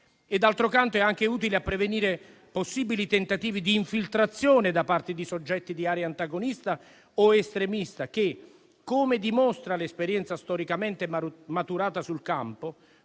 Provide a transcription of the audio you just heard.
D'altro canto, è anche utile a prevenire possibili tentativi di infiltrazione da parte di soggetti di area antagonista o estremista che - come dimostra l'esperienza storicamente maturata sul campo